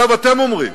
או ההיפך.